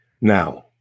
now